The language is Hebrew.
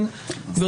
כן, גברתי.